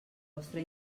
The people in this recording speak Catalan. vostre